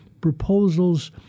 proposals